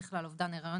בכלל אובדן היריון